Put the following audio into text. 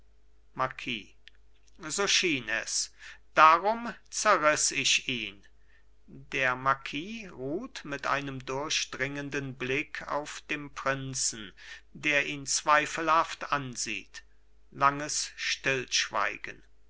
marquis so schien es darum zerriß ich ihn der marquis ruht mit einem durchdringenden blick auf dem prinzen der ihn zweifelhaft ansieht langes stillschweigen